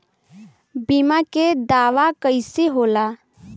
बीमा के दावा कईसे होला?